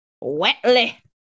wetly